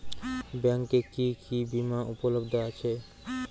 ব্যাংকে কি কি বিমা উপলব্ধ আছে?